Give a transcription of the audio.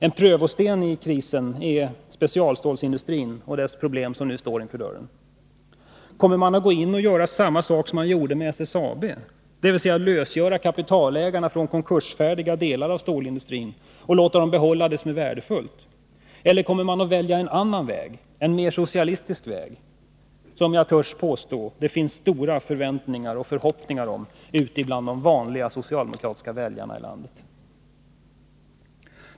En prövosten är den kris som nu står för dörren inom specialstålsindustrin. Kommer man att gå in och göra samma sak som man gjorde med SSAB, dvs. lösgöra kapitalägarna från konkursfärdiga delar av stålindustrin och låta dem behålla det som är värdefullt? Eller kommer man att välja en annan väg, en mer socialistisk väg, som jag törs påstå att det finns stora förväntningar och förhoppningar om ute bland de vanliga socialdemokratiska väljarna i landet?